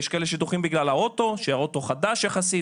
יש כאלה שדוחים בגלל האוטו, שהאוטו חדש יחסית.